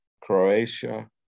Croatia